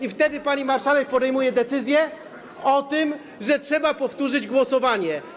I wtedy pani marszałek podejmuje decyzję o tym, że trzeba powtórzyć głosowanie.